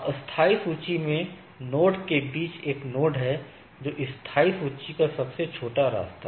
अस्थायी सूची में नोड के बीच एक नोड है जो स्थायी सूची का सबसे छोटा रास्ता है